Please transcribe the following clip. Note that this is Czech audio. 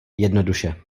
jednoduše